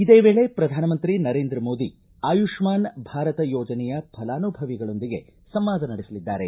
ಇದೇ ವೇಳೆ ಪ್ರಧಾನಮಂತ್ರಿ ನರೇಂದ್ರ ಮೋದಿ ಆಯುಷ್ನಾನ್ ಭಾರತ ಯೋಜನೆಯ ಫಲಾನುಭವಿಗಳೊಂದಿಗೆ ಸಂವಾದ ನಡೆಸಲಿದ್ದಾರೆ